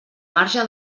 marge